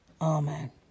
amen